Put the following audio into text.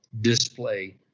display